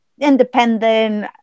independent